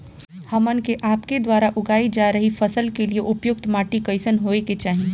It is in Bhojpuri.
हमन के आपके द्वारा उगाई जा रही फसल के लिए उपयुक्त माटी कईसन होय के चाहीं?